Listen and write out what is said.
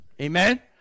Amen